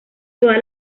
todas